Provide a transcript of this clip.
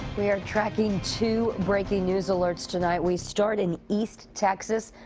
we are tracking two breaking news alerts tonight. we start in east texas.